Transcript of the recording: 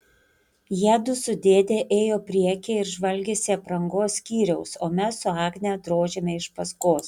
jiedu su dėde ėjo priekyje ir žvalgėsi aprangos skyriaus o mes su agne drožėme iš paskos